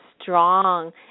strong